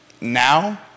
Now